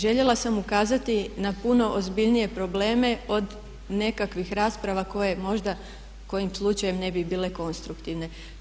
Željela sam ukazati na puno ozbiljnije probleme od nekakvih rasprava koje možda kojim slučajem ne bi bile konstruktivne.